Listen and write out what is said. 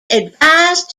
advised